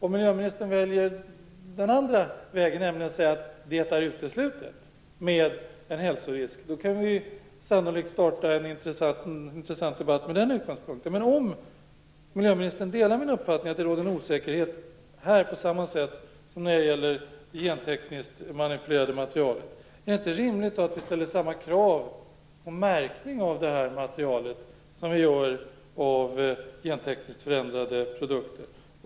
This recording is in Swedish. Om miljöministern väljer den andra vägen och säger att det är uteslutet med en hälsorisk kan vi sannolikt starta en intressant debatt med den utgångspunkten. Men om miljöministern delar min uppfattning att det råder en osäkerhet här på samma sätt som när det gäller gentekniskt manipulerade material, är det då inte rimligt att vi ställer samma krav på märkning av materialet som vi gör när det gäller gentekniskt förändrade produkter?